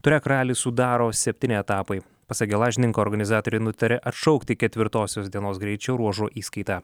tuareg ralį sudaro septyni etapai pasak gelažninko organizatoriai nutarė atšaukti ketvirtosios dienos greičio ruožo įskaitą